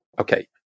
Okay